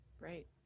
Right